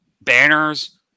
banners –